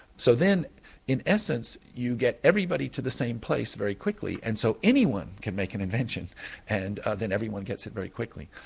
so then in essence you get everybody to the same place very quickly, and so anyone can make an invention and then everyone gets it very quickly.